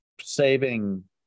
saving